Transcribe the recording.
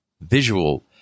visual